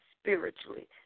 spiritually